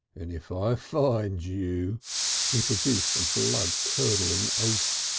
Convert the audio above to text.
and if i finds you he produced a blood-curdling oath.